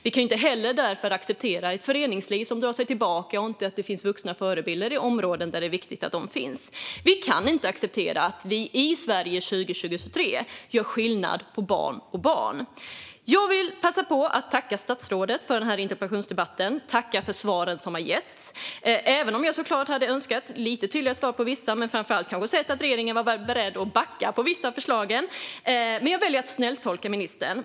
Vi kan därför inte acceptera att föreningslivet drar sig tillbaka eller att det inte finns vuxna förebilder i områden där det är viktigt att de finns. Vi kan inte acceptera att vi i Sverige 2023 gör skillnad på barn och barn. Jag vill passa på att tacka statsrådet för den här interpellationsdebatten och för de svar som getts. Även om jag såklart hade önskat lite tydligare svar på vissa frågor eller helst hade sett att regeringen var beredd att backa från några av sina förslag väljer jag att snälltolka ministern.